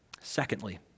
Secondly